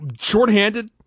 shorthanded